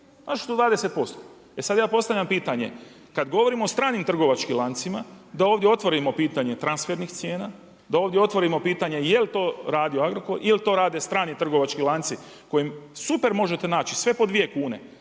Našli su 20%. E sad ja postavljam pitanje kad govorimo o stranim trgovačkim lancima, da ovdje otvorimo pitanje transfernih cijena, da ovdje otvorimo pitanje je li to radi Agrokor ili to rade strani trgovački lanci u kojima super možete naći sve po dvije kune,